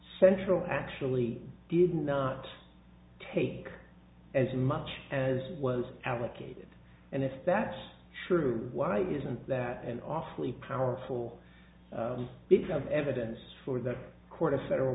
central actually did not take as much as was allocated and if that's true why isn't that an awfully powerful bit of evidence for the court of federal